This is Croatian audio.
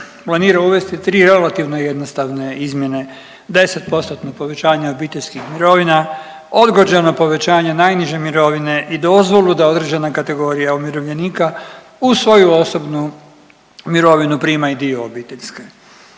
planira uvesti tri relativno jednostavno izmjene 10%-tnog povećanja obiteljskih mirovina, odgođeno povećanje najniže mirovine i dozvolu da određena kategorija umirovljenika uz svoju osobnu mirovinu prima i dio obiteljske.